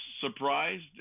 surprised